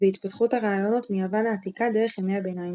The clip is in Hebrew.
והתפתחות הרעיונות מיוון העתיקה דרך ימי הבניים,